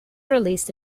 released